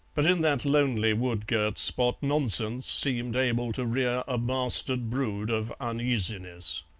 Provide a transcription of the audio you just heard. but in that lonely wood-girt spot nonsense seemed able to rear a bastard brood of uneasiness.